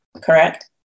correct